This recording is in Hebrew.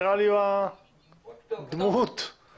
הוא נראה לי הדמות והכתובת